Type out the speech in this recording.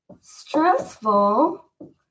stressful